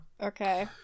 okay